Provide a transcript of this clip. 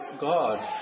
God